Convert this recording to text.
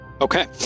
Okay